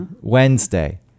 Wednesday